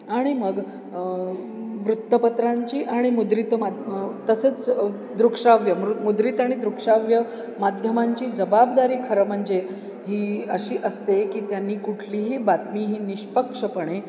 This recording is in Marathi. आणि मग वृत्तपत्रांची आणि मुद्रित मा तसंच दृकश्राव्य मृ मुद्रित आणि दृकश्राव्य माध्यमांची जबाबदारी खरं म्हणजे ही अशी असते की त्यांनी कुठलीही बातमी ही निष्पक्षपणे